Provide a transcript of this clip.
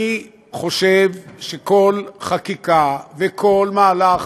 אני חושב שכל חקיקה וכל מהלך